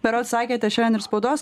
berods sakėte šiandien ir spaudos